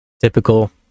typical